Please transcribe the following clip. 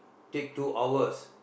take two hours